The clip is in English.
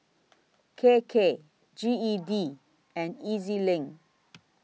K K G E D and E Z LINK